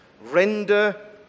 render